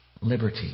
liberty